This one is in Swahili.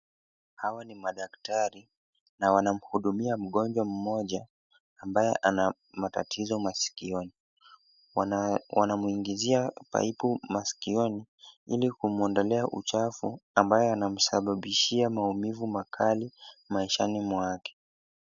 Hawa ni madaktari na wana mhudumia mgonjwa mmoja ambaye ana matatizo masikioni. Wanamwingizia paipu masikioni ili kumuondolea uchafu ambayo yana msababishia maumivu makali maishani mwake.